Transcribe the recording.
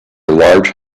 large